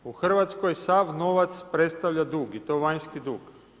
U Hrvatskoj sav novac predstavlja dug i to vanjski dug.